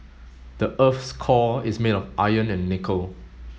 the earth's core is made of iron and nickel